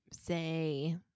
say